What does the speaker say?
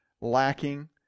lacking